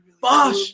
Bosh